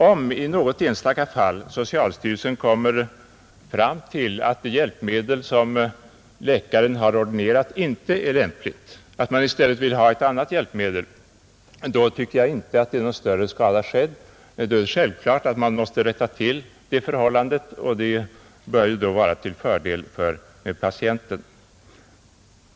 Om i något enstaka fall socialstyrelsen kommer fram till att det hjälpmedel som läkaren har ordinerat inte är lämpligt, att man i stället vill ha ett annat hjälpmedel, tycker jag inte att det är någon större skada skedd. Det är självklart att man måste rätta till förhållandet, och det bör vara till fördel för patienten.